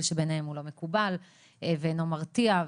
שבעיניהם הוא לא מקובל ואינו מרתיע.